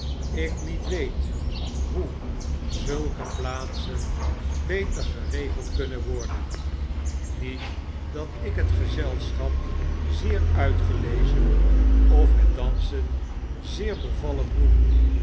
ik niet weet hoe zulke plaatsen beter geregeld kunnen worden met dat ik het gezelschap zeer uitgelezen of het dansen zeer bevallig noem